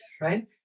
Right